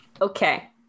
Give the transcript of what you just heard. Okay